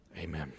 Amen